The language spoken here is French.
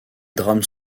drames